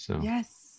Yes